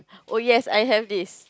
oh yes I have this